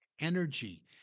energy